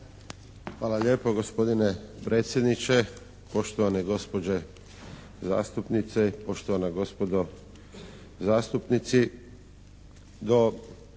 Hvala lijepo gospodine predsjedniče, poštovane gospođe zastupnice, poštovana gospodo zastupnici.